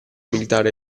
militare